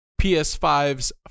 PS5's